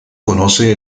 conoce